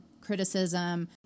criticism